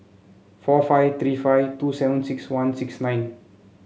four five three five two seven six one six nine